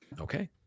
Okay